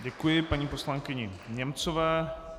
Děkuji paní poslankyni Němcové.